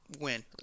win